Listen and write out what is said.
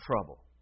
trouble